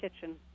Kitchen